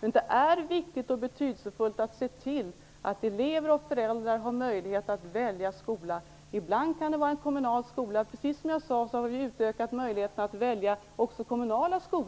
Det är viktigt och betydelsefullt att se till att elever och föräldrar har möjlighet att välja skola. Ibland kan man välja en kommunal skola. Precis som jag sade har